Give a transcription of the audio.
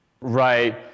Right